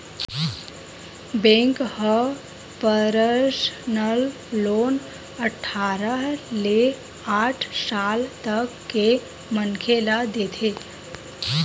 bank ह personal loan अठारह ले साठ साल तक के मनखे ल देथे